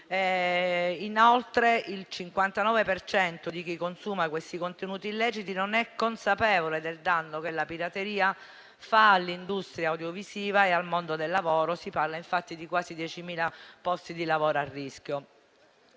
Inoltre, il 59 per cento di chi consuma questi contenuti illeciti non è consapevole del danno che la pirateria fa all'industria audiovisiva e al mondo del lavoro. Si parla infatti di quasi 10.000 posti di lavoro a rischio.